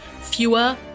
fewer